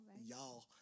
Y'all